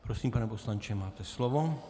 Prosím, pane poslanče, máte slovo.